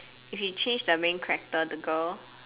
if you change the main character the girl